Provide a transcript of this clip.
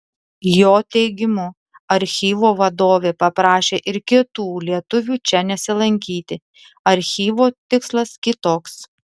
jo teigimu archyvo vadovė paprašė ir kitų lietuvių čia nesilankyti archyvo tikslas kitoks